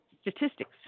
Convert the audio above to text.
statistics